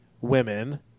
women